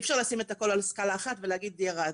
אי אפשר לשים את הכל על סקאלה אחת ולהגיד שזה ירד.